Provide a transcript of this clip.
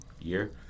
Year